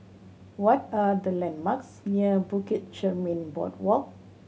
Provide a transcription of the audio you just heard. what are the landmarks near Bukit Chermin Boardwalk